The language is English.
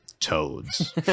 Toads